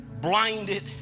blinded